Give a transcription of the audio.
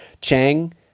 Chang